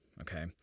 okay